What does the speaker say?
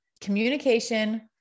communication